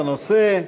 בנושא: